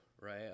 right